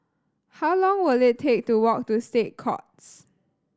how long will it take to walk to State Courts